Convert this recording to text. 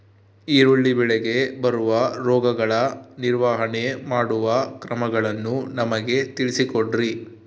ಈರುಳ್ಳಿ ಬೆಳೆಗೆ ಬರುವ ರೋಗಗಳ ನಿರ್ವಹಣೆ ಮಾಡುವ ಕ್ರಮಗಳನ್ನು ನಮಗೆ ತಿಳಿಸಿ ಕೊಡ್ರಿ?